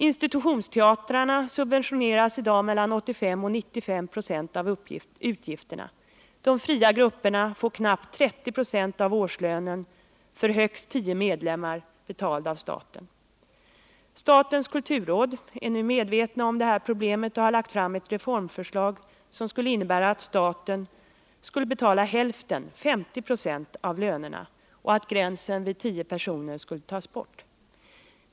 Institutionsteatrarna subventioneras i dag med mellan 85 och 95 procent av utgifterna. De fria grupperna får knappt 30 procent av årslönen för högst tio medlemmar betald av staten. Statens kulturråd är nu medvetna om det här problemet och har lagt ett reformförslag som innebär attstaten skulle betala hälften, 50 procent, av lönerna. Och att gränsen vid tio personer skulle tas bort.